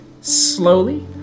slowly